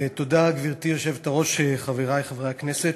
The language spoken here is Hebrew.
תודה, גברתי יושבת-הראש, חברי חברי הכנסת,